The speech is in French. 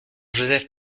joseph